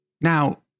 Now